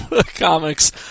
comics